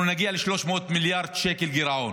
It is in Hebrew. אנחנו נגיע ל-300 מיליארד שקל גירעון,